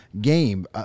game